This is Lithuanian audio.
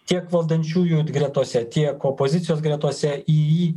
tiek valdančiųjų gretose tiek opozicijos gretose į jį